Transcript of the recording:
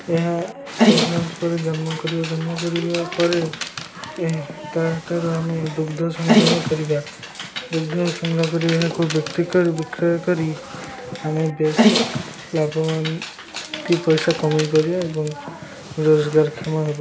ଏହା ଦଶ ମାସ ପରେ ଜନ୍ମ କରିବା ଜନ୍ମ କରିବା ପରେ ତା'ଠାରୁ ଆମେ ଦୁଗ୍ଧ ସଂଗ୍ରହ କରିବା ଦୁଗ୍ଧ ସଂଗ୍ରହ କରି ଏହାକୁ ବିକ୍ରି କରି ବିକ୍ରୟ କରି ଆମେ ବେଶ ଲାଭ ପଇସା କମାଇ ପାରିବା ଏବଂ ରୋଜଗାରକ୍ଷମ